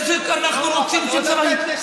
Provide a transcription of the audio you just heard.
אנחנו רוצים שהצבא,